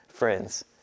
Friends